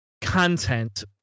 content